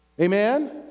amen